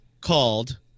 called